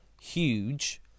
huge